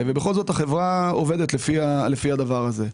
ובכל זאת החברה עובדת לפי הדבר הזה.